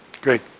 Great